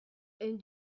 and